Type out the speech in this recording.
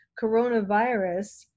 coronavirus